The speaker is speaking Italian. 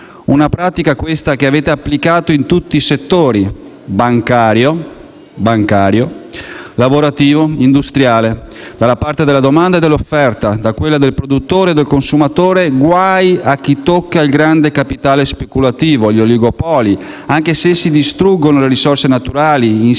una pratica che avete applicato in tutti i settori: bancario - bancario - lavorativo e industriale. Dalla parte della domanda e dell'offerta, da quella del produttore o del consumatore, guai a chi tocca il grande capitale speculativo e gli oligopoli, anche se essi distruggono risorse naturali, insidiano